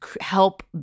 help